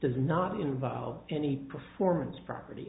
does not involve any performance property